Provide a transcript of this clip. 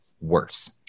worse